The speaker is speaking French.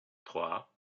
trois